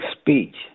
speech